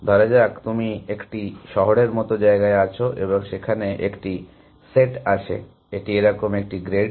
ধরা যাক তুমি একটি শহরের মতো জায়গায় আছো এবং সেখানে একটি সেট আছে এটি এইরকম একটি গ্রেড